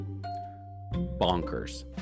Bonkers